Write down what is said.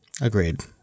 Agreed